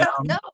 No